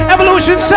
Evolution